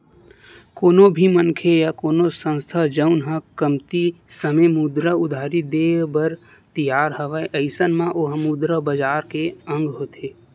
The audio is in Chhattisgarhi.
कोनो भी मनखे या कोनो संस्था जउन ह कमती समे मुद्रा उधारी देय बर तियार हवय अइसन म ओहा मुद्रा बजार के अंग होथे